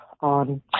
On